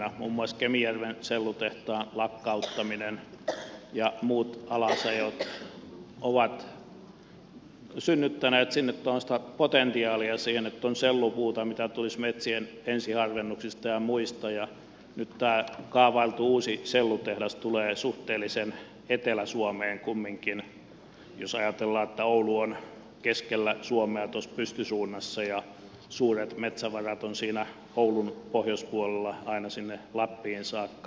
muun muassa kemijärven sellutehtaan lakkauttaminen ja muut alasajot ovat synnyttäneet sinne potentiaalia siihen että on sellupuuta mitä tulisi metsien ensiharvennuksista ja muista ja nyt tämä kaavailtu uusi sellutehdas tulee suhteellisen etelä suomeen kumminkin jos ajatellaan että oulu on keskellä suomea tuossa pystysuunnassa ja suuret metsävarat ovat siinä oulun pohjoispuolella aina sinne lappiin saakka